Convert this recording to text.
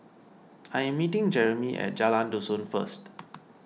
I am meeting Jeremie at Jalan Dusun first